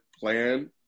plan